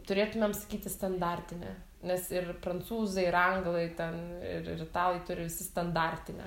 turėtumėm sakyti standartinė nes ir prancūzai ir anglai ten ir ir italai turi visi standartinę